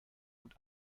und